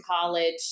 college